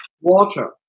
water